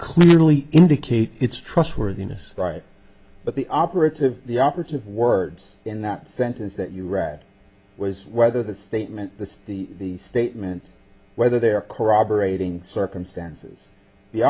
clearly indicate it's trustworthiness right but the operative the operative words in that sentence that you read was whether the statement that the statement whether they are corroborating circumstances the